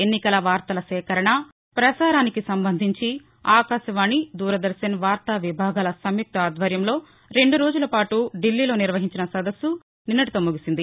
ఎన్నికల వార్తల సేకరణ పసారానికి సంబంధించి ఆకాశవాణి దూరదర్భన్ వార్తా విభాగాల సంయుక్త ఆధ్వర్యంలో రెందు రోజుల పాటు ఢిల్లీలో నిర్వహించిన సదస్పు నిన్నటితో ముగిసింది